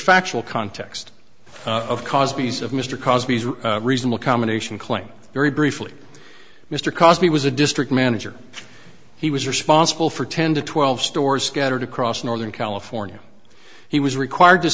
factual context of cosby's of mr cosby's reasonable combination claim very briefly mr cosby was a district manager he was responsible for ten to twelve stores scattered across northern california he was required to